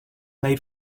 made